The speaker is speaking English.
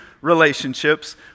relationships